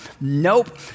Nope